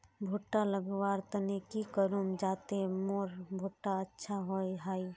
भुट्टा लगवार तने की करूम जाते मोर भुट्टा अच्छा हाई?